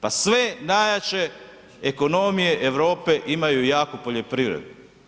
Pa sve najjače ekonomije Europe imaju jaku poljoprivredu.